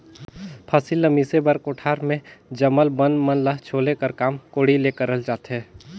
फसिल ल मिसे बर कोठार मे जामल बन मन ल छोले कर काम कोड़ी ले करल जाथे